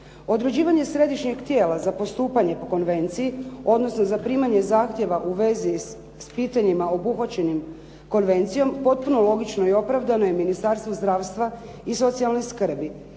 Određivanje središnjeg tijela za postupanje po konvenciji, odnosno zaprimanje zahtjeva u vezi s pitanjima obuhvaćenim konvencijom, potpuno logično i opravdano je Ministarstvo zdravstva i socijalne skrbi